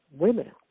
women